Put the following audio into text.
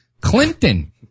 Clinton